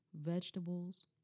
vegetables